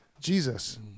Jesus